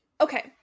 okay